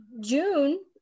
June